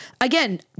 Again